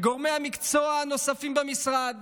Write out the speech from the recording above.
לגורמי המקצוע הנוספים במשרד